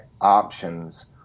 options